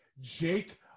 Jake